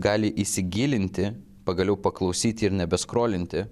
gali įsigilinti pagaliau paklausyti ir nebeskolinti